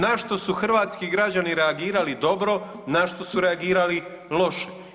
Na što su hrvatski građani reagirali dobro, na što su reagirali loše.